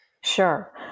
Sure